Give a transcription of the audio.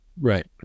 Right